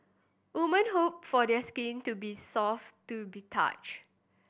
women hope for the skin to be soft to be touch